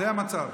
זה המצב.